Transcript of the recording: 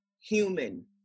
human